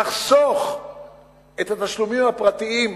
נחסוך את התשלומים הפרטיים,